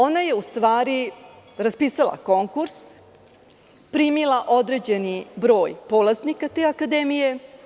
Ona je u stvari raspisala konkurs, primila određeni broj polaznika te akademije.